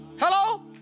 Hello